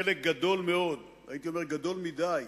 חלק גדול מאוד, הייתי אומר גדול מדי,